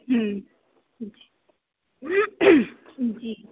جی جی